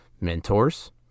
mentors